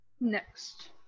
Next